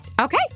Okay